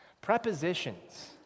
Prepositions